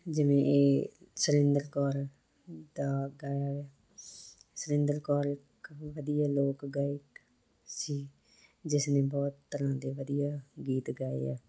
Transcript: ਜਿਵੇਂ ਇਹ ਸੁਰਿੰਦਰ ਕੌਰ ਦਾ ਗਾਇਆ ਸੁਰਿੰਦਰ ਕੌਰ ਇੱਕ ਵਧੀਆ ਲੋਕ ਗਾਇਕ ਸੀ ਜਿਸ ਨੇ ਬਹੁਤ ਤਰ੍ਹਾਂ ਦੇ ਵਧੀਆ ਗੀਤ ਗਾਏ ਹੈ